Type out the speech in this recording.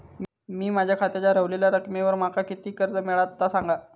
मी माझ्या खात्याच्या ऱ्हवलेल्या रकमेवर माका किती कर्ज मिळात ता सांगा?